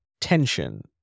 tension